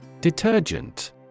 Detergent